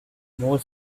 more